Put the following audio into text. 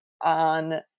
on